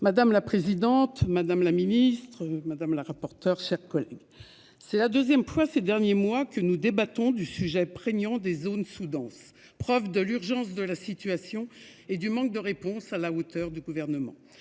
Madame la présidente, madame la ministre madame la rapporteure, chers collègues. C'est la deuxième. Vois ces derniers mois, que nous débattons du sujet prégnant des zones sous-denses, preuve de l'urgence de la situation et du manque de réponses à la hauteur du gouvernement.